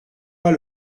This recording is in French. pas